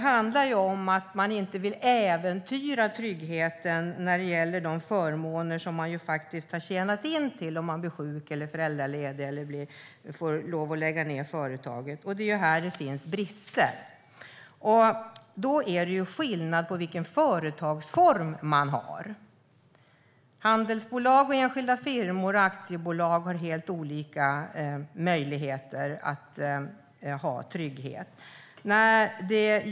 Man vill inte äventyra tryggheten som finns i de förmåner som man har tjänat in om man blir sjuk, föräldraledig eller måste lägga ned sitt företag. Det är här det finns brister. Det skiljer sig mellan olika företagsformer. Handelsbolag, enskilda firmor och aktiebolag har helt olika förutsättningar för att kunna ha trygghet.